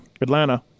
Atlanta